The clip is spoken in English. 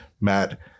Matt